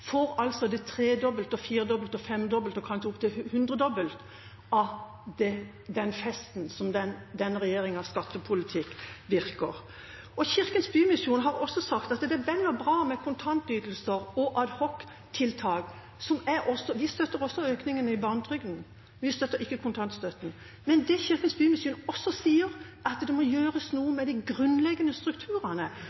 får altså det tredobbelte, firedobbelte, femdobbelte og kanskje opp til det hundredobbelte av den festen som er denne regjeringas skattepolitikk. Kirkens Bymisjon har også sagt at det er vel og bra med kontantytelser og adhoctiltak – vi støtter også økningen i barnetrygden, men vi støtter ikke kontantstøtten – men de sier også at det må gjøres noe